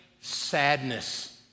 Sadness